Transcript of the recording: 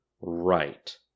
right